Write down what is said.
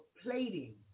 plating